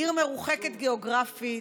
עיר מרוחקת גיאוגרפית,